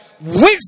wisdom